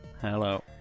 Hello